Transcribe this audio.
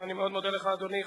אני מאוד מודה לך, אדוני.